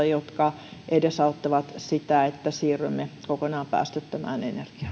jotka edesauttavat sitä että siirrymme kokonaan päästöttömään